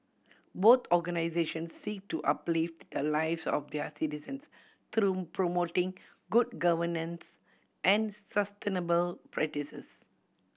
both organisations seek to uplift the lives of their citizens through promoting good governance and sustainable practices